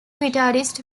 guitarist